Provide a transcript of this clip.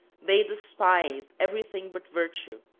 they despised everything but virtue,